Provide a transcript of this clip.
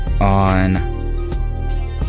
on